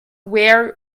were